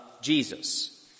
Jesus